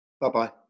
Bye-bye